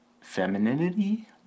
femininity